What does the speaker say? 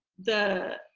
the